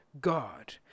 God